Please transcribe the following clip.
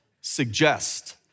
suggest